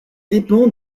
dépend